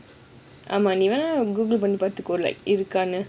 ஆமா நீ வென:aaama nee weana google பண்ணி பாத்துக்கோ இருக்கானு:panni paathuko irukkanu